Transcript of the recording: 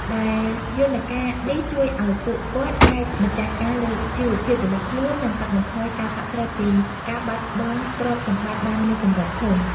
ដែលយន្តការនេះជួយឱ្យពួកគាត់អាចម្ចាស់ការលើជីវភាពរបស់ខ្លួន និងកាត់បន្ថយការតក់ស្លុតពីការបាត់បង់ទ្រព្យសម្បត្តិបានមួយកម្រិតធំ។